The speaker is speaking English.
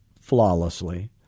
flawlessly